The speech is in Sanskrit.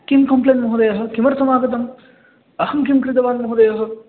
किं कम्प्लेन्ट् महोदयः किमर्थमागतम् अहं किं कृतवान् महोदयः